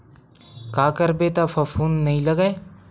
का करबो त फफूंद नहीं लगय?